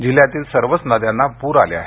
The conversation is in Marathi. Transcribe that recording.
जिल्हयातील सर्वच नद्यांना पूर आलेले आहेत